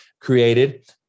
created